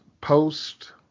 post